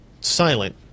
silent